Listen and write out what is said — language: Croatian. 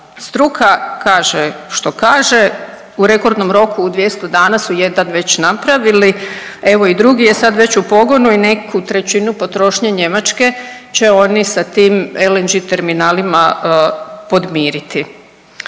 Struka kaže što kaže, u rekordnom roku u 200 dana su jedan već napravili, evo i drugi je sad već u pogonu i neku trećinu potrošnje Njemačke će oni sa tim LNG terminalima podmiriti.